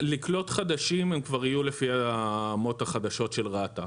לקלוט חדשים הם כבר יהיו לפי האמות החדשות של רת"א,